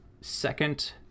second